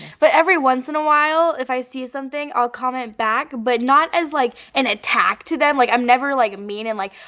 but, every once in a while if i see something i'll comment back but not as like an attack to them. like i'm never like mean and like,